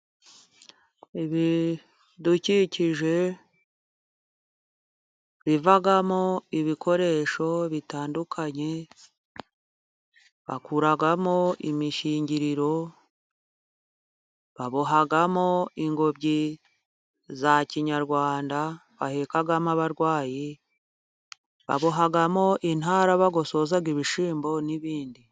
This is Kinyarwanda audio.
Ibidukikije bivamo ibikoresho bitandukanye, bakuramo imishingiriro, babohamo, ingobyi za kinyarwanda bahekamo abarwayi, babohamo intara bagosoza ibishyimbo n'ibindi,